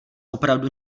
opravdu